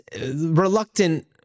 reluctant